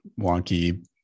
wonky